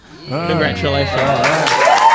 Congratulations